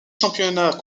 championnats